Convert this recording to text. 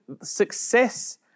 success